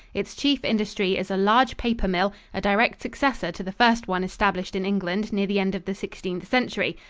its chief industry is a large paper-mill, a direct successor to the first one established in england near the end of the sixteenth century,